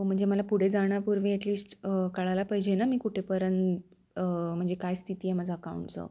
म्हणजे मला पुढे जाण्यापूर्वी ॲटलिस्ट काळायला पाहिजे ना मी कुठेपर्यंत म्हणजे काय स्थिती आहे माझा अकाऊंटचं